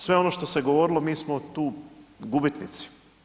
Sve ono što se govorilo mi smo tu gubitnici.